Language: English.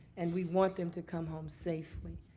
and we want them to come home safely.